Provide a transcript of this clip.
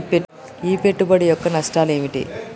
ఈ పెట్టుబడి యొక్క నష్టాలు ఏమిటి?